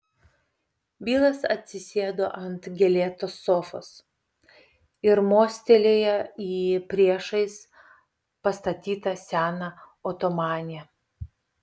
bilas atsisėdo ant gėlėtos sofos ir mostelėjo į priešais pastatytą seną otomanę